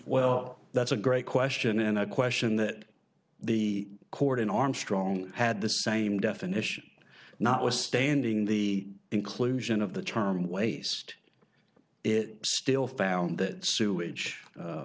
well that's a great question and i question that the court in armstrong had the same definition notwithstanding the inclusion of the term waste it still found that sewage